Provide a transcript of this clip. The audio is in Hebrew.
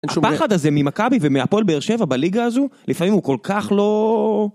הפחד הזה ממכבי ומהפועל באר שבע בליגה הזו, לפעמים הוא כל כך לא...